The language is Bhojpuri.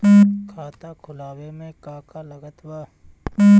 खाता खुलावे मे का का लागत बा?